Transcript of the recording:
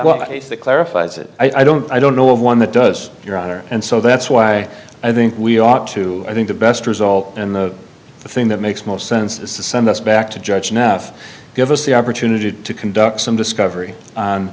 that clarifies it i don't i don't know of one that does your honor and so that's why i think we ought to i think the best result and the thing that makes most sense is to send us back to judge enough give us the opportunity to conduct some discovery